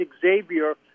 Xavier –